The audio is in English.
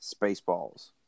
Spaceballs